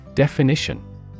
Definition